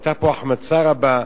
היתה פה החמצה רבה,